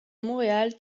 montréal